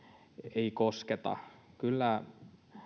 ei kosketa kyllä